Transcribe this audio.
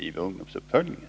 ungdomsuppföljningen?